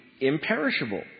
imperishable